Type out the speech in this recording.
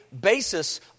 basis